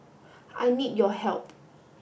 I need your help